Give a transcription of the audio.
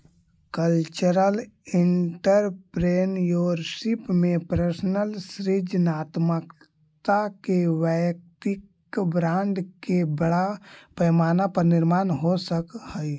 cultural entrepreneurship में personal सृजनात्मकता के वैयक्तिक ब्रांड के बड़ा पैमाना पर निर्माण हो सकऽ हई